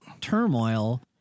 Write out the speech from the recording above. turmoil